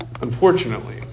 Unfortunately